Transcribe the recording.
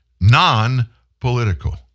non-political